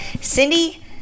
Cindy